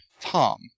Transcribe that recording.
Tom